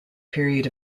period